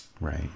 Right